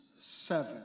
seven